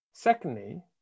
Secondly